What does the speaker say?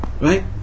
Right